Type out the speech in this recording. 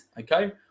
okay